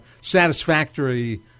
satisfactory